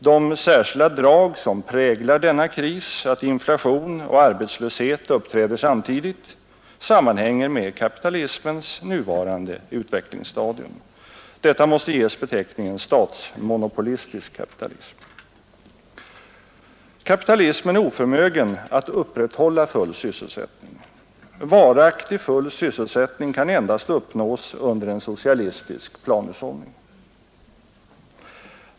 De särskilda drag, som präglar denna kris, att inflation och arbetslöshet uppträder samtidigt, sammanhänger med kapitalismens nuvarande utvecklingsstadium. Detta måste ges beteckningen statsmonopolistisk kapitalism. Kapitalismen är oförmögen att upprätthålla full sysselsättning. Varaktig full sysselsättning kan endast uppnås under en socialistisk planhushållning.